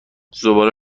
زباله